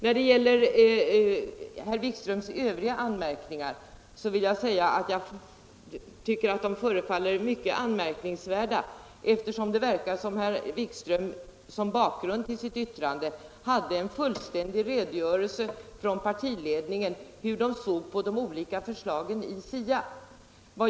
När det gäller herr Wikströms övriga anmärkningar tycker jag att de förefaller anmärkningsvärda, eftersom det verkar som om herr Wikström som bakgrund för sitt yttrande hade en fullständig redogörelse från den moderata partiledningen om hur den ser på de olika förslagen i SIA.